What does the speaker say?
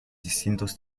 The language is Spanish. distintos